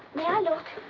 may i look?